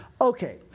Okay